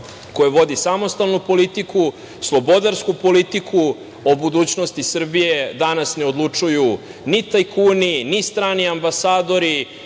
koje vodi samostalnu politiku, slobodarsku politiku. O budućnosti Srbije danas ne odlučuju ni tajkuni, ni strani ambasadori,